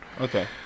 Okay